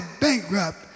bankrupt